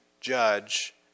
judge